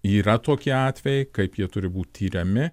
yra tokie atvejai kaip jie turi būt tiriami